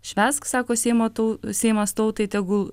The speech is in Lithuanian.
švęsk sako seimo tų seimas tautai tegul